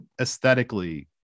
aesthetically